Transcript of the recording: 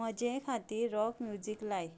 म्हजे खातीर rock music लाय